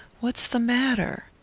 what is the matter?